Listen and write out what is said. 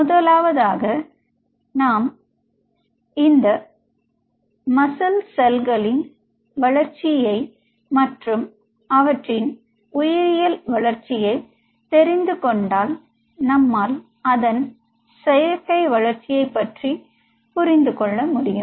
முதலாவதாக நாம் இந்த மசில் செல்களின் வளர்ச்சியை மற்றும் அவற்றின் உயிரியல் வளர்ச்சியை தெரிந்து கொண்டாள் நம்மால் அதன் செயற்கை வளர்ச்சியை பற்றி புரிந்து கொள்ள முடியும்